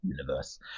universe